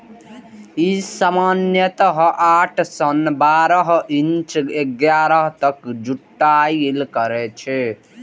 ई सामान्यतः आठ सं बारह इंच गहराइ तक जुताइ करै छै